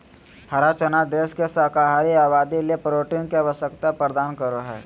हरा चना देश के शाकाहारी आबादी ले प्रोटीन के आवश्यकता प्रदान करो हइ